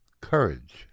Courage